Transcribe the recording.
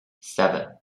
seven